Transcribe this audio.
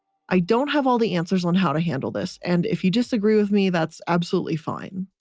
i don't have all the answers on how to handle this. and if you disagree with me, that's absolutely fine.